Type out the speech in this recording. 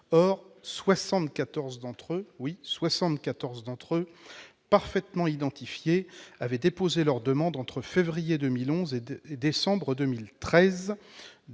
Or 74 d'entre eux, parfaitement identifiés, avaient déposé leur demande entre février 2011 et décembre 2013,